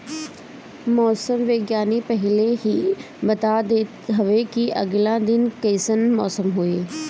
मौसम विज्ञानी पहिले ही बता देत हवे की आगिला दिने कइसन मौसम होई